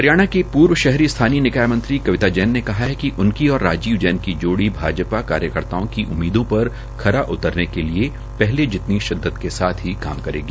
हरियाणा की पूर्व शहरी स्थानीय विकाय मंत्री कविता जैन ने कहा है कि उनकी और राजीव जैन की जोड़ी भाजपा कार्यकर्ताओं की उम्मीदों पर खरा उतरने के लिए पहले जितनी शिददत के साथ ही काम करेगी